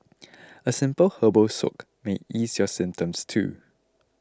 a simple herbal soak may ease your symptoms too